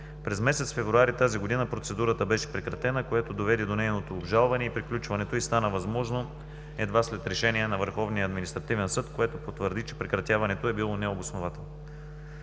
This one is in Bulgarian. През месец февруари тази година процедурата беше прекратена, което доведе до нейното обжалване и приключването й стана възможно едва след решение на Върховния административен съд, което потвърди, че прекратяването е било неоснователно.